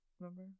Remember